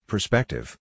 Perspective